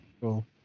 cool